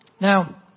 Now